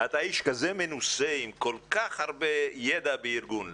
אתה איש כזה מנוסה עם כל כך הרבה ידע בארגון.